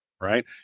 right